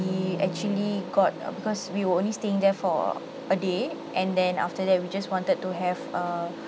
actually got uh because we were only staying there for a day and then after that we just wanted to have err